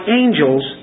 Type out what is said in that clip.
angels